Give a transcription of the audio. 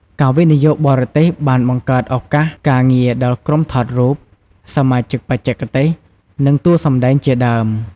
ការវិនិយោគបរទេសបានបង្កើតឱកាសការងារដល់ ក្រុមថតរូប សមាជិកបច្ចេកទេស និងតួសម្តែងជាដើម។